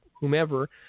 whomever